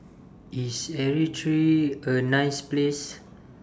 IS Eritrea A nice Place